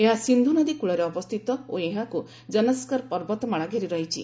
ଏହା ସିନ୍ଧୁନଦୀ କୂଳରେ ଅବସ୍ଥିତ ଓ ଏହାକୁ ଜନସ୍କର ପର୍ବତମାଳା ଘେରିରହିଛି